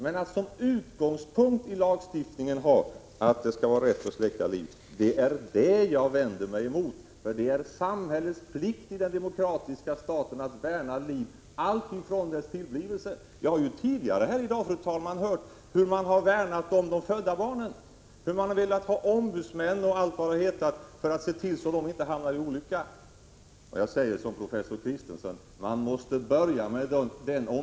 Att ha som utgångspunkt i lagstiftningen att det är rätt att släcka liv är vad jag vänder mig emot. Det är samhällets plikt i den demokratiska staten att värna liv, alltifrån dess tillblivelse. Vi har ju tidigare i dag hört hur man har värnat om de födda barnen och velat få ombudsmän och annat för att se till att de inte hamnar i olycka. Jag säger som professor Christensen: Man måste börja med den = Prot.